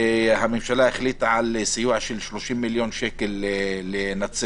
והממשלה החליטה על סיוע של 30 מיליון שקל לנצרת,